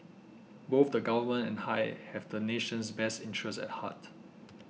both the Government and I have the nation's best interest at heart